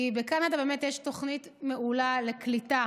כי בקנדה באמת יש תוכנית מעולה לקליטה